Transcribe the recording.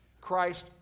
Christ